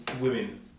women